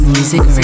Music